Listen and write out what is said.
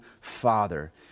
father